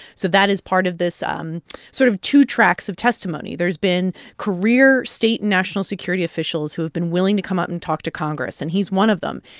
so that is part of this um sort of two tracks of testimony. there's been career state and national security officials who have been willing to come up and talk to congress, and he's one of them.